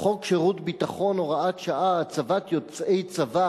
"חוק שירות ביטחון (הוראת שעה) (הצבת יוצאי צבא